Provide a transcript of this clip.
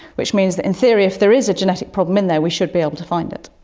which means that in theory if there is a genetic problem in there we should be able to find it.